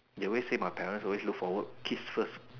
they always say my parents look forward kids first